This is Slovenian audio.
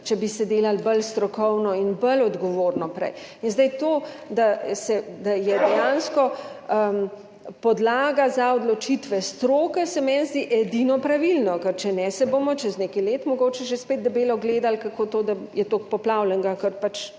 če bi se delalo bolj strokovno in bolj odgovorno prej in zdaj, to, da se, da je dejansko podlaga za odločitve stroke, se meni zdi edino pravilno, ker, če ne se bomo čez nekaj let mogoče že spet debelo gledali, kako to, da je toliko poplavljenega,